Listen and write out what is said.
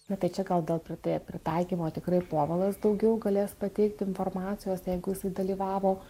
na tai čia gal dėl prėta pritaikymo tikrai povilas daugiau galės pateikt informacijos jeigu jisai dalyvavo